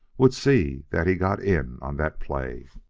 would see that he got in on that play.